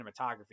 Cinematography